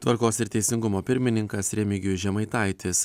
tvarkos ir teisingumo pirmininkas remigijus žemaitaitis